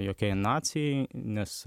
jokiai nacijai nes